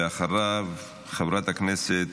אחריו, חברת הכנסת